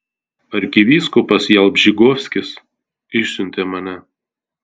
arkivyskupas jalbžykovskis išsiuntė mane